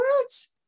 words